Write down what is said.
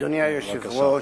אדוני היושב-ראש,